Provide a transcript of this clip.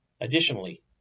Additionally